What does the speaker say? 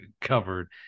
covered